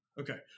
Okay